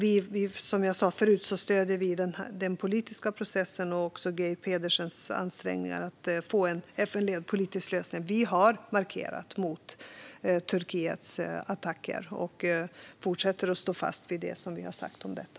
Som jag sa tidigare stöder vi den politiska processen och Geir Pedersens ansträngningar att få en FN-ledd politisk lösning. Vi har markerat mot Turkiets attacker, och vi fortsätter att stå fast vid det som vi har sagt om detta.